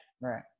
Right